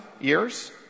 years